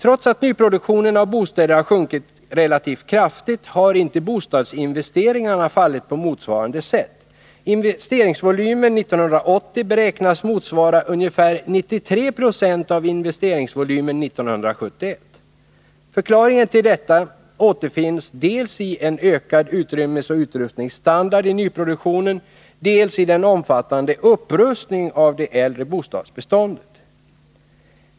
Trots att nyproduktionen av bostäder har sjunkit relativt kraftigt har inte bostadsinvesteringarna fallit på motsvarande sätt. Investeringsvolymen 1980 beräknas motsvara ungefär 93 96 av investeringsvolymen 1971. Förklaringen till detta återfinns dels i en ökad utrymmesoch utrustningsstandard i nyproduktionen, dels i den omfattande upprustningen av det äldre bostadsbeståndet.